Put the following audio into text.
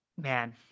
Man